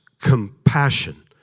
compassion